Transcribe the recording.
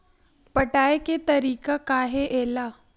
पटाय के तरीका का हे एला?